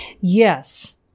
yes